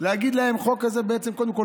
שהחוק הזה קודם כול